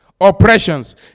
Oppressions